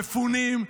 מפונים,